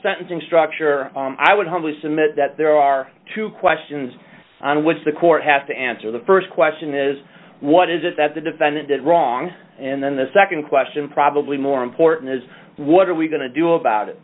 sentencing structure i would humbly submit that there are two questions on which the court has to answer the st question is what is it that the defendant did wrong and then the nd question probably more important is what are we going to do about it